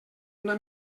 una